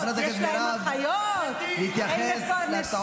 יש להם אחיות -- מה יש לאישה לחפש בגדוד חרדי?